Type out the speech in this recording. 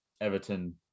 Everton